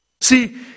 See